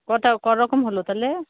কটা করকম হল তাহলে